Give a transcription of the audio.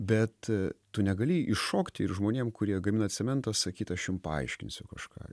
bet tu negali iššokti ir žmonėm kurie gamina cementą sakyt aš jum paaiškinsiu kažką